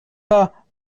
pas